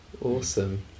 Awesome